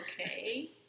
okay